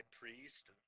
Priest